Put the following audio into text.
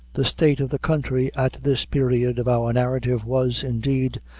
the state of the country at this period of our narrative was, indeed,